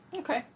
Okay